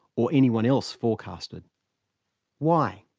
or anyone else forecasted why?